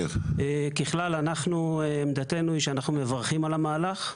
ככלל, עמדתנו היא שאנחנו מברכים על המהלך.